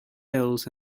else